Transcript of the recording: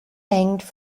hanged